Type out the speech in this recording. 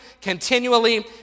continually